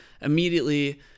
immediately